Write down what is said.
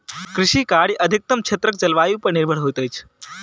कृषि कार्य अधिकतम क्षेत्रक जलवायु पर निर्भर होइत अछि